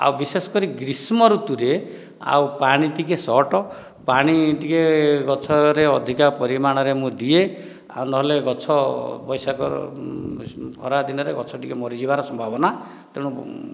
ଆଉ ବିଶେଷ କରି ଗ୍ରୀଷ୍ମ ଋତୁରେ ଆଉ ପାଣି ଟିକେ ସର୍ଟ ପାଣି ଟିକେ ଗଛରେ ଅଧିକ ପରିମାଣରେ ମୁଁ ଦିଏ ଆଉ ନହେଲେ ଗଛ ବୈଶାଖ ଖରା ଦିନରେ ଗଛ ଟିକେ ମରିଯିବାର ସମ୍ଭାବନା ତେଣୁ